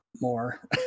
more